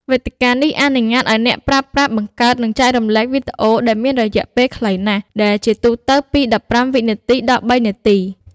វេទិកានេះអនុញ្ញាតឱ្យអ្នកប្រើប្រាស់បង្កើត និងចែករំលែកវីដេអូដែលមានរយៈពេលខ្លីណាស់ ដែលជាទូទៅពី ១៥ វិនាទី ដល់ ៣ នាទី។